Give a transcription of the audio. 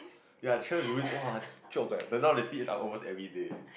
ya is really !wah! joke eh but now they see almost every day